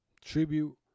Tribute